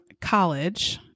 college